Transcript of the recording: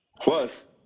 Plus